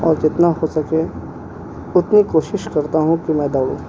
اور جتنا ہو سکے اتنی کوشش کرتا ہوں کہ میں دوڑوں